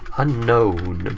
unknown.